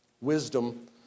Wisdom